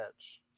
edge